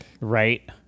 Right